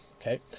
okay